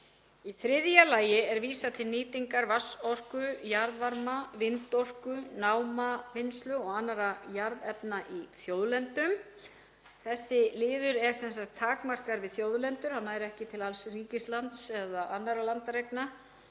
Í þriðja lagi er vísað til nýtingar vatnsorku, jarðvarma, vindorku, námavinnslu og annarra jarðefna í þjóðlendum. Þessi liður er sem sagt takmarkaður við þjóðlendur. Það nær ekki til alls ríkislands eða annarra landareigna